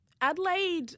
Adelaide